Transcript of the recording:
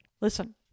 Listen